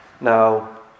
Now